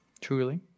truly